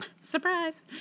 Surprise